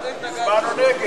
הצבענו נגד.